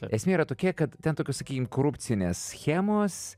esmė yra tokia kad ten tokios sakykim korupcinės schemos